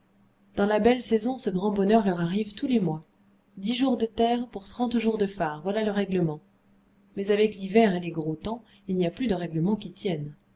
dans la belle saison ce grand bonheur leur arrive tous les mois dix jours de terre pour trente jours de phare voilà le règlement mais avec l'hiver et les gros temps il n'y a plus de règlement qui tienne